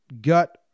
Gut